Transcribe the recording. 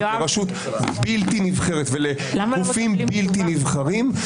לרשות בלתי נבחרת ולגופים בלתי נבחרים,